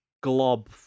glob